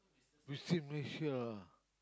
we stay Malaysia ah